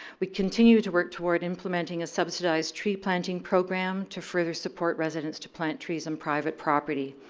we continue to work toward implementing a subsidized tree planting program to further support residents to plant trees on private property.